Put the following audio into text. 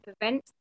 prevent